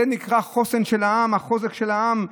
זה נקרא החוסן של העם, החוזק של העם?